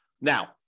Now